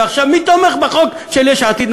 ועכשיו מי תומך בחוק של יש עתיד?